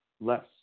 Less